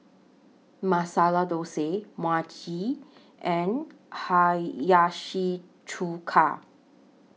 Masala Dosa Mochi and Hiyashi Chuka